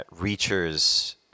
Reacher's